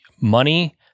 money